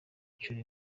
inshuro